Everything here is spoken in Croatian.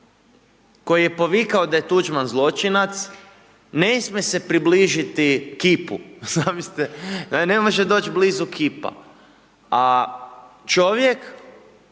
koji je povikao da je Tuđman zločinac, ne smije se približiti kipu, zamislite, ne može doć blizu kipa, a čovjek